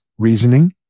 reasoning